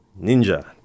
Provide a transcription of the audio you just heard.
Ninja